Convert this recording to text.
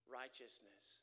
righteousness